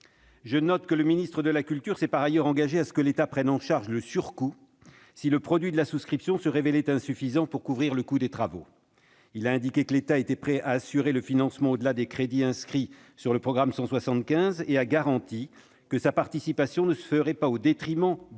Je note que le ministre de la culture s'est par ailleurs engagé à ce que l'État prenne en charge le surcoût si le produit de la souscription se révélait insuffisant pour couvrir le coût des travaux. Il a indiqué que l'État était prêt à assurer le financement au-delà des crédits inscrits sur le programme 175 et a garanti que sa participation ne se ferait pas au détriment